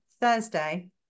Thursday